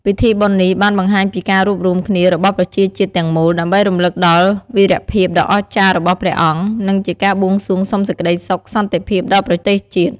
ពិធីបុណ្យនេះបានបង្ហាញពីការរួបរួមគ្នារបស់ប្រជាជាតិទាំងមូល ដើម្បីរំលឹកដល់វីរភាពដ៏អស្ចារ្យរបស់ព្រះអង្គ និងជាការបួងសួងសុំសេចក្ដីសុខសន្តិភាពដល់ប្រទេសជាតិ។